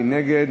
מי נגד?